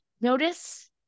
Notice